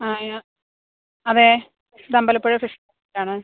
ആ അതെ ഇത് അമ്പലപ്പുഴ ഫിഷ് മാർക്കറ്റ് ആണ്